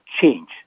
change